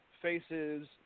faces